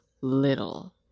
little